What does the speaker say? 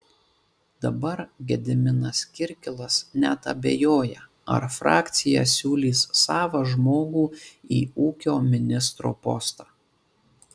dabar gediminas kirkilas net abejoja ar frakcija siūlys savą žmogų į ūkio ministro postą